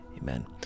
Amen